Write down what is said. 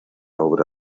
obra